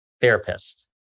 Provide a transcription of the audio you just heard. therapist